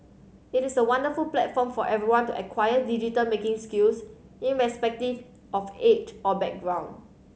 it is a wonderful platform for everyone to acquire digital making skills irrespective of age or background